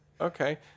Okay